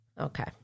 okay